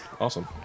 Awesome